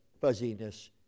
fuzziness